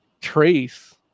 trace